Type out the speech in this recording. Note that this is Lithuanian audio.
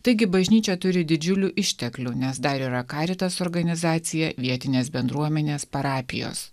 taigi bažnyčia turi didžiulių išteklių nes dar yra karitas organizacija vietinės bendruomenės parapijos